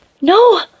No